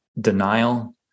denial